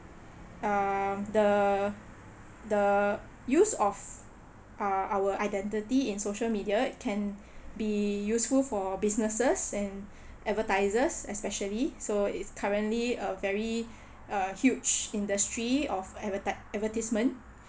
um the the use of uh our identity in social media can be useful for businesses and advertisers especially so it's currently uh very uh huge industry of adverti~ advertisement